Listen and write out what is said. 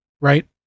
right